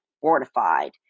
fortified